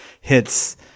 hits